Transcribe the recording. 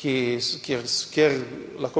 bi